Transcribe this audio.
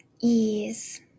ease